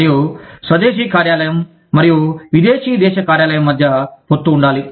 మరియు స్వదేశీ కార్యాలయం మరియు విదేశీ దేశ కార్యాలయం మధ్య పొత్తు ఉండాలి